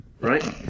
Right